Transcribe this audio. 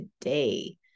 today